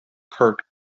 kurt